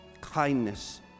kindness